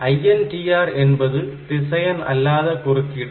INTR என்பது திசையன் அல்லாத குறுக்கீடு